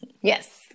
Yes